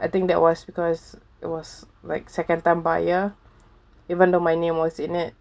I think that was because it was like second time buyer even though my name was in it